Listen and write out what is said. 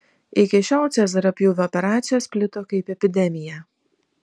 iki šiol cezario pjūvio operacijos plito kaip epidemija